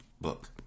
book